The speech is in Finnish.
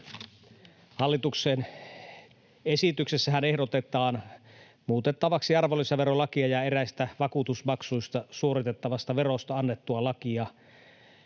Hallituksen esityksessähän ehdotetaan muutettavaksi arvonlisäverolakia ja eräistä vakuutusmaksuista suoritettavasta verosta annettua lakia.